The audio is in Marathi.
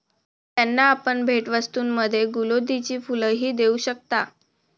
त्यांना आपण भेटवस्तूंमध्ये गुलौदीची फुलंही देऊ शकता